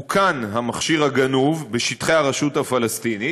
אוכן המכשיר הגנוב בשטחי הרשות הפלסטינית.